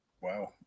Wow